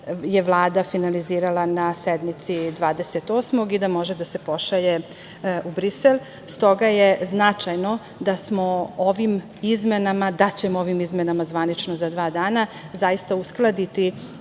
je Vlada finalizirala na sednici 28. i da može da se pošalje u Brisel.S toga je značajno da smo ovim izmenama, da ćemo ovim izmenama zvanično, za dva dana, zaista uskladiti